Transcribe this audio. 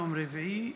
יום רביעי,